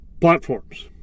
platforms